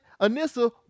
Anissa